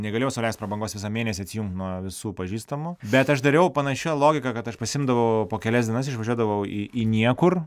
negalėjau sau leist prabangos visą mėnesį atsijungt nuo visų pažįstamų bet aš dariau panašia logika kad aš pasiimdavau po kelias dienas išvažiuodavau į į niekur